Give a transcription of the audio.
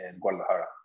Guadalajara